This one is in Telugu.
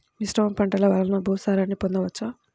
మిశ్రమ పంటలు వలన భూసారాన్ని పొందవచ్చా?